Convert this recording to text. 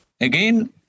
Again